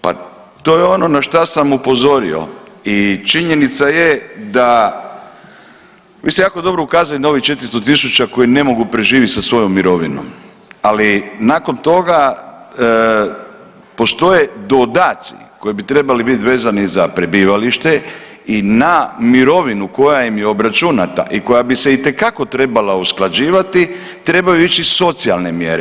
Pa to je ono na što sam upozorio i činjenica je da vi ste jako dobro ukazali na ovih 400 000 koji ne mogu preživjeti sa svojom mirovinom, ali nakon toga postoje dodaci koji bi trebali biti vezani za prebivalište i na mirovinu koja im je obračunata i koja bi se itekako trebala usklađivati trebaju ići socijalne mjere.